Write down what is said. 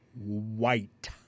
white